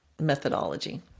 methodology